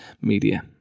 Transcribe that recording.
media